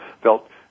felt